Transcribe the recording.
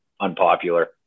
unpopular